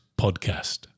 podcast